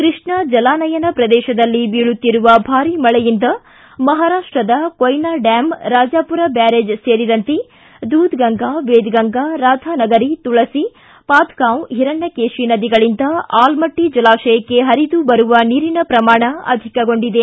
ಕೃಷ್ಣಾ ಜಲಾನಯನ ಪ್ರದೇಶದಲ್ಲಿ ಬೀಳುತ್ತಿರುವ ಭಾರಿ ಮಳೆಯಿಂದ ಮಹಾರಾಷ್ಟದ ಕೊಯ್ನಾ ಡ್ಯಾಮ್ ರಾಜಾಪುರ ಬ್ಯಾರೇಜ್ ಸೇರಿದಂತೆ ದೂದಗಂಗಾ ವೇದಗಂಗಾ ರಾಧಾನಗರಿ ತುಳಸಿ ಪಾಥಗಾಂವ್ ಹಿರಣ್ಯಕೇಶಿ ನದಿಗಳಿಂದ ಆಲಮಟ್ಟಿ ಜಲಾಶಯಕ್ಕೆ ಪರಿದು ಬರುವ ನೀರಿನ ಪ್ರಮಾಣ ಅಧಿಕಗೊಂಡಿದೆ